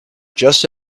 just